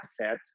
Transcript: asset